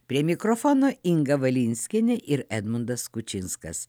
prie mikrofono inga valinskienė ir edmundas kučinskas